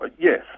Yes